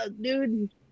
dude